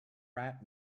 rap